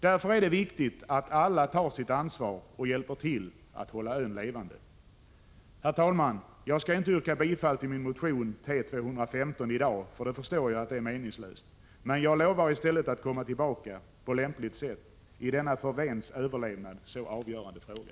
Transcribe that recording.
Därför är det viktigt att alla tar sitt ansvar och hjälper till att hålla ön levande. Herr talman! Jag skall inte yrka bifall till min motion T215 i dag, för det förstår jag är meningslöst. Men jag lovar i stället att komma tillbaka — på lämpligt sätt — i denna för Vens överlevnad så avgörande fråga.